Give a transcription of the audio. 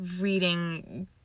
reading